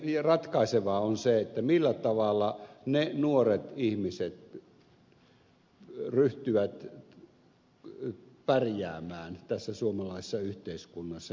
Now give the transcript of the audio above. erikoisen ratkaisevaa on se millä tavalla ne nuoret ihmiset jotka ovat ulkomaalaistaustaisia ryhtyvät pärjäämään tässä suomalaisessa yhteiskunnassa